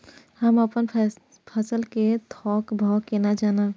हम अपन फसल कै थौक भाव केना जानब?